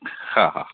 हा हा